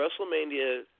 WrestleMania